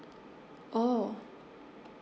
oh